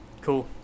Cool